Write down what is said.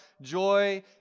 joy